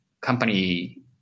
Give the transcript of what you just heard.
company